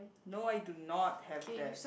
no I do not have that